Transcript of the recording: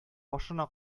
башына